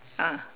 ah